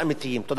תודה רבה.